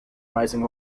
rising